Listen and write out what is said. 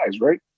right